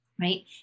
right